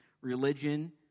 religion